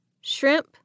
shrimp